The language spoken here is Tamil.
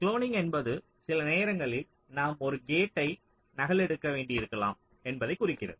குளோனிங் என்பது சில நேரங்களில் நாம் ஒரு கேட்டை நகலெடுக்க வேண்டியிருக்கலாம் என்பதைக் குறிக்கிறது